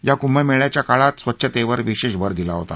या कुंभमेळ्याच्या काळात स्वच्छतेवर विशेष भर दिला होता